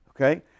Okay